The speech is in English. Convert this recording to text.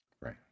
Right